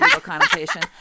connotation